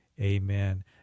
Amen